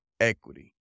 equity